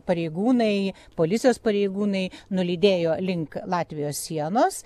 pareigūnai policijos pareigūnai nulydėjo link latvijos sienos